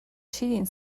cheating